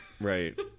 Right